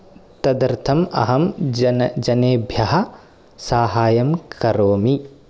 तदर्थम् अहं जन जनेभ्यः साहाय्यं करोमि